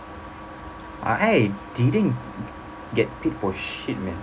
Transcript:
uh I didn't get paid for shit man